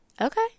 Okay